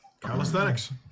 Calisthenics